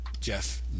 Jeff